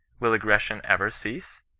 will aggression ever cease?